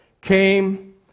came